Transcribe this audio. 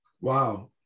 Wow